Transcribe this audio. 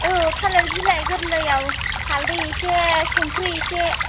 औ थालिर बिलाइ गोरलैआव हालदै एसे संख्रि एसे